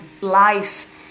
life